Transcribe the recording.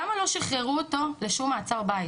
למה לא שחררו אותו לשום מעצר בית?